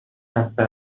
خسته